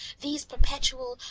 these perpetual,